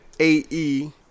AE